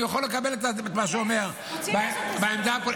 אני יכול לקבל את מה שהוא אומר בעמדה הפוליטית